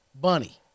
Bunny